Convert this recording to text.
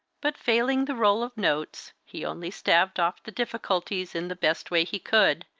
but, failing the roll of notes, he only staved off the difficulties in the best way he could,